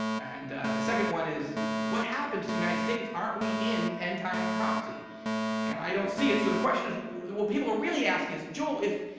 and the second one is, what happens to the united states. aren't we in end times prophecy and i don't see it. so the question is what people are really asking is, joel, if,